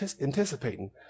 anticipating